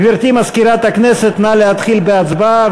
גברתי מזכירת הכנסת נא להתחיל בהצבעה,